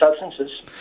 substances